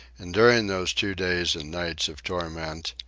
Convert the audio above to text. and during those two days and nights of torment,